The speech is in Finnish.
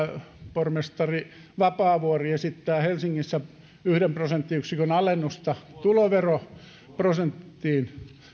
pormestari vapaavuori esittää helsingissä yhden prosenttiyksikön alennusta tuloveroprosenttiin